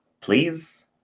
please